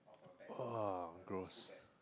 ah gross